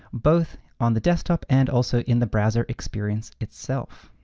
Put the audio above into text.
both on the desktop and also in the browser experience itself.